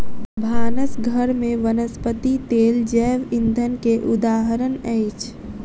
भानस घर में वनस्पति तेल जैव ईंधन के उदाहरण अछि